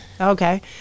okay